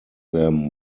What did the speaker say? them